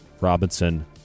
Robinson